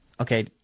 okay